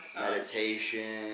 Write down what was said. meditation